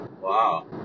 Wow